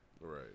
right